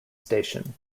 station